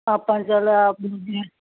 ਆਪਾਂ ਚੱਲ